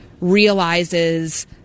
realizes